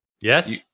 Yes